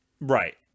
right